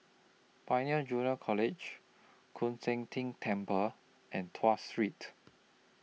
Pioneer Junior College Koon Seng Ting Temple and Tuas Street